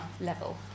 level